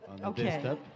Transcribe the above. Okay